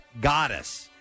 Goddess